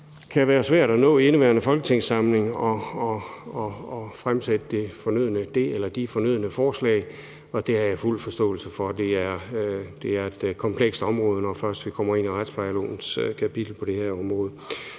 det kan være svært at nå i indeværende folketingssamling at fremsætte det eller de fornødne forslag. Det har jeg fuld forståelse for. Det er komplekst, når først vi kommer ind i retsplejelovens kapitel på det her område.